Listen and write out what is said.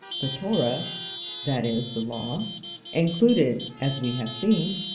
the torah' that is, the law included, as we have seen,